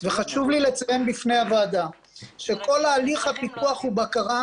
וחשוב לי לציין בפני הוועדה שכל הליך הפיקוח ובקרה